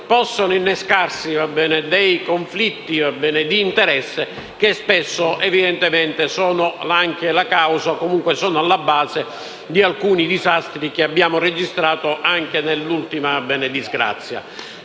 possano innescarsi conflitti di interesse che spesso sono la causa o comunque sono alla base di alcuni disastri che abbiamo registrato anche nell'ultima disgrazia.